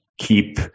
keep